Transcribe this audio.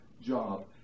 job